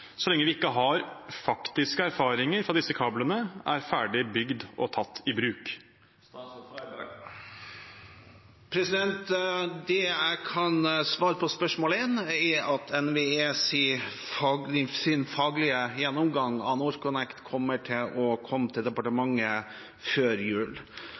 så lenge vi ikke har faktiske erfaringer fra at disse kablene er ferdig bygd og tatt i bruk? Det jeg kan svare på spørsmål 1, er at NVEs faglige gjennomgang av NorthConnect kommer til å komme til departementet før jul.